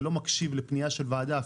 ולא מקשיב לפנייה של ועדה,